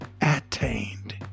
attained